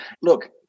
Look